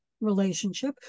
relationship